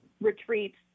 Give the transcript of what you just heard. retreats